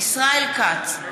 ישראל כץ,